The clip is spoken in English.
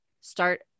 Start